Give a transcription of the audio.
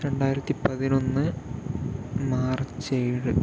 രണ്ടായിരത്തി പതിനൊന്ന് മാർച്ച് ഏഴ്